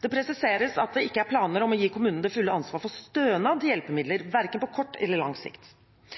Det presiseres at det ikke er planer om å gi kommunene det fulle ansvaret for stønad til hjelpemidler, verken på kort eller lang sikt.